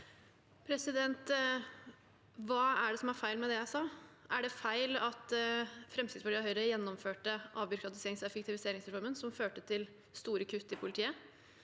Hva er det som er feil med det jeg sa? Er det feil at Fremskrittspartiet og Høyre gjennomførte avbyråkratiserings- og effektiviseringsreformen, som førte til store kutt i politiet?